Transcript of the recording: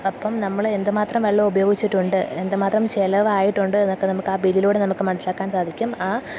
അപ്പോള് നമ്മള് എന്തുമാത്രം വെള്ളം ഉപയോഗിച്ചിട്ടുണ്ട് എന്തുമാത്രം ചെലവായിട്ടുണ്ട് എന്നൊക്കെ നമുക്ക് ബില്ലിലൂടെ നമുക്കു മനസ്സിലാക്കാൻ സാധിക്കും